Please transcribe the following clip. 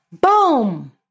Boom